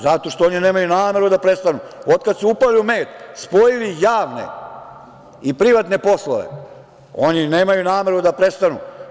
Zato što oni nemaju nameru da prestanu, od kada su upali u med, spojili javne i privatne poslove oni nemaju nameru da prestanu.